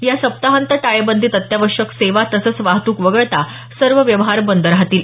या सप्ताहांत टाळेबंदीत अत्यावश्यक सेवा तसंच वाहतुक वगळता सर्व व्यवहार बंद राहतील